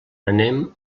anem